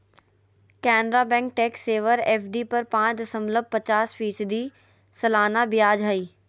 Canara bank tax saver FD पर पाच दशमलब पचास फीसदी सालाना ब्याज हइ